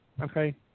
Okay